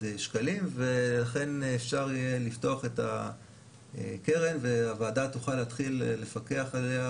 שקלים ואכן אפשר יהיה לפתוח את הקרן והוועדה תוכל להתחיל לפקח עליה